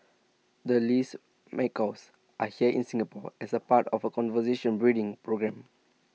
the Lear's macaws are here in Singapore as part of A conservation breeding programme